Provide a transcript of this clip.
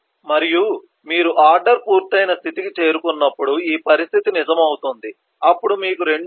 మరియు మీరు ఆర్డర్ పూర్తయిన స్థితికి చేరుకున్నప్పుడు ఈ పరిస్థితి నిజం అవుతుంది అప్పుడు మీకు 2